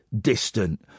distant